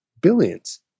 billions